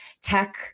tech